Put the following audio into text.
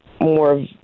more